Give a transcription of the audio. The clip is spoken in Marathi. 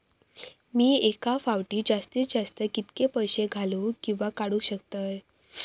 मी एका फाउटी जास्तीत जास्त कितके पैसे घालूक किवा काडूक शकतय?